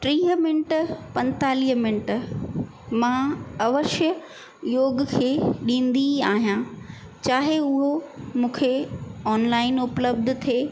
टीह मिंट पंतालीह मिंट मां अवश्य योग खे ॾींदी आहियां चाहे उहो मूंखे ऑनलाइन उपलब्धु थिए